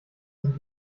sind